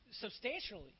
substantially